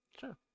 Sure